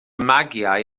magiau